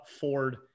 Ford